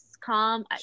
calm